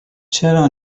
چرا